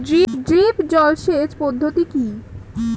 Drip জল সেচ পদ্ধতি কি?